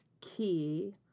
key